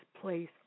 place